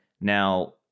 now